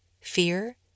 Fear